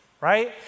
right